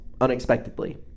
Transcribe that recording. unexpectedly